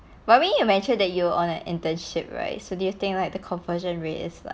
but I mean you mentioned that you were on an internship right so do you think like the conversion rate is like